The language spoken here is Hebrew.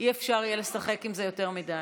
אי-אפשר יהיה לשחק עם זה יותר מדי.